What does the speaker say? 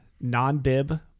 non-bib